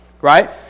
right